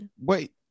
wait